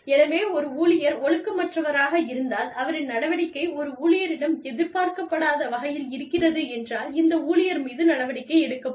எனவே ஒரு ஊழியர் ஒழுக்கமற்றவராக இருந்தால் அவரின் நடவடிக்கை ஒரு ஊழியரிடம் எதிர்பார்க்கப்படாத வகையில் இருக்கிறது என்றால் இந்த ஊழியர் மீது நடவடிக்கை எடுக்கப்படும்